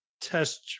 test